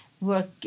work